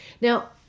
Now